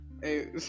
Hey